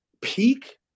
peak